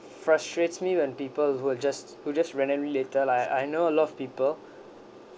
frustrates me when people who were just who just random litter lah I I know a lot of people